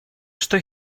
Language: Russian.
что